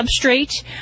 substrate